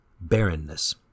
Barrenness